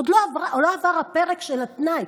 עוד לא עבר הפרק של התנאי.